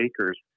acres